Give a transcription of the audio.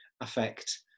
affect